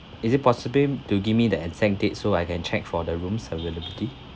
is it possible to give me the exact date so I can check for the room's availability